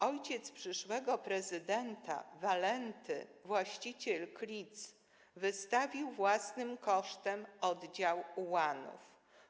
Ojciec przyszłego prezydenta, Walenty, właściciel Klic, wystawił własnym kosztem oddział ułanów.